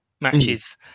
matches